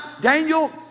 Daniel